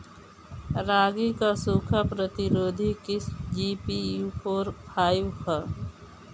रागी क सूखा प्रतिरोधी किस्म जी.पी.यू फोर फाइव ह?